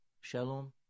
shalom